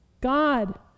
God